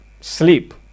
sleep